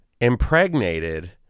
impregnated